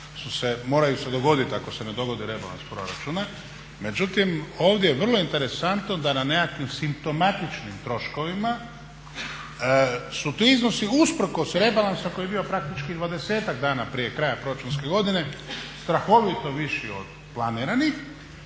moraju se dogoditi ako se ne dogodi rebalans proračuna. Međutim, ovdje je vrlo interesantno da na nekakvim simptomatičnim troškovima su ti iznosi usprkos rebalansa koji je bio praktički 20-ak dana prije kraja proračunske godine strahovito viši od planiranih